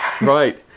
Right